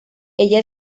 ella